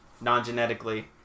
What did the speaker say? non-genetically